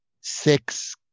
six